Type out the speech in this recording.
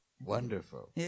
Wonderful